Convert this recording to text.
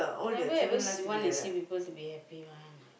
never ever she wanna see people to be happy one